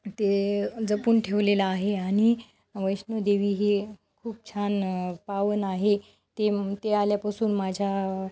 ते जपून ठेवलेले आहे आणि वैष्णोदेवी हे खूप छान पावन आहे ते ते आल्यापासून माझ्या